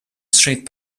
straight